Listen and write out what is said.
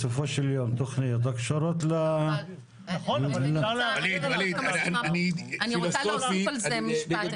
בסופו של יום תכניות הקשורות ל --- אני רוצה להוסיף על זה משפט,